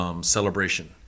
Celebration